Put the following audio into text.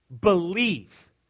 believe